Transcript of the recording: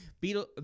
beetle